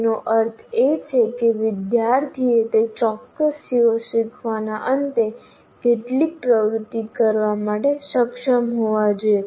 તેનો અર્થ એ છે કે વિદ્યાર્થીએ તે ચોક્કસ CO શીખવાના અંતે કેટલીક પ્રવૃત્તિ કરવા માટે સક્ષમ હોવા જોઈએ